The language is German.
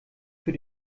für